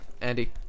Andy